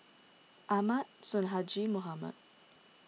Ahmad Sonhadji Mohamad